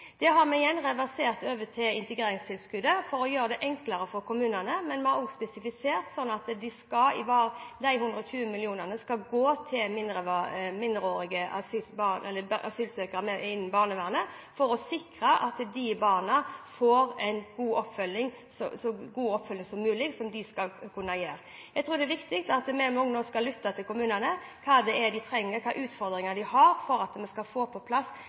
Det har vi igjen reversert over til integreringstilskuddet for å gjøre det enklere for kommunene, men vi har også spesifisert det slik at de 120 millionene skal gå til mindreårige asylsøkere innenfor barnevernet for å sikre at barna får en så god oppfølging som det er mulig for dem å gi. Jeg tror det er viktig at vi nå lytter til kommunene – hva det er de trenger, hvilke utfordringer de har – for å få på plass en så god bosetting som mulig, slik at vi